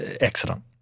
accident